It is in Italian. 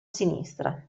sinistra